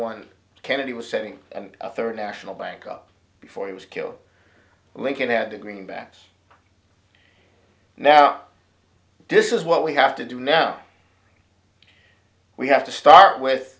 one kennedy was setting and a third national bank up before he was killed lincoln had a greenbacks now this is what we have to do now we have to start with